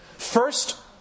First